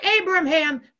Abraham